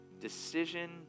decision